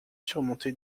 surmonté